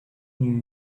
knew